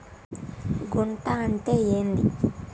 గుంట అంటే ఏంది?